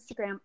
Instagram